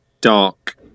dark